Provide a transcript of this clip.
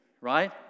Right